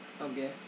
Okay